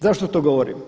Zašto to govorim?